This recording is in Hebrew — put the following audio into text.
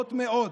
מרובות מאוד,